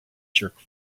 jerk